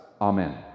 amen